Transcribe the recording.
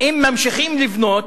אם ממשיכים לבנות,